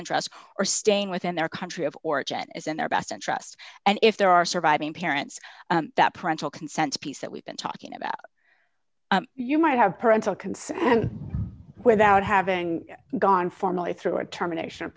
interest or staying within their country of origin is in their best interest and if there are surviving parents that parental consent piece that we've been talking about you might have parental consent without having gone formally through a terminations of